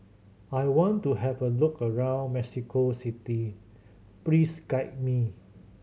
I want to have a look around Mexico City please guide me